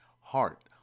heart